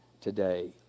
today